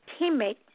teammate